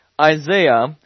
Isaiah